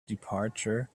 departure